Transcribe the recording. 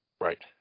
Right